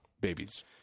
babies –